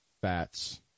fats